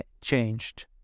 changed